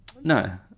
No